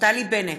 נפתלי בנט,